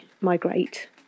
migrate